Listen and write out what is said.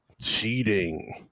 Cheating